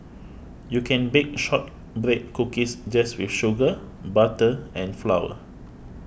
you can bake Shortbread Cookies just with sugar butter and flour